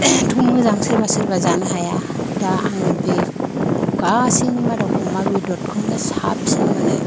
थ मोजां सोरबा सोरबा जानो हाया दा आं बे गासैनि मादाव अमा बेदरखौनो साबसिन मोनो